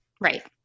Right